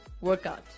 Workout